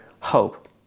hope